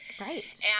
Right